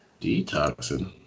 Detoxing